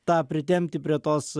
tą pritempti prie tos